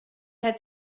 had